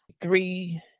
three